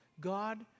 God